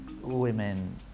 women